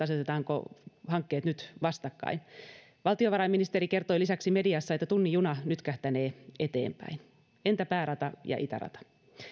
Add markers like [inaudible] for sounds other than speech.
[unintelligible] asetetaanko hankkeet nyt vastakkain valtiovarainministeri kertoi lisäksi mediassa että tunnin juna nytkähtänee eteenpäin entä päärata ja itärata